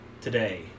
today